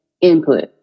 input